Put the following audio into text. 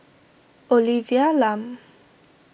Olivia Lum